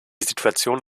situation